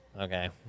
okay